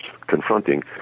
confronting